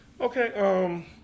Okay